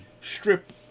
strip